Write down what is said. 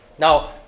Now